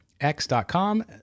x.com